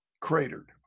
cratered